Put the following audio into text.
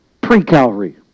pre-Calvary